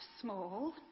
small